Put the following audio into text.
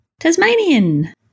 Tasmanian